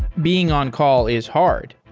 being on-call is hard,